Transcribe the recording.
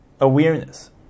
awareness